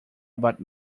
about